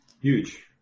Huge